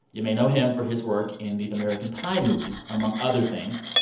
you may know him for his work in the american pie movies, among other things.